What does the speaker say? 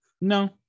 No